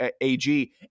AG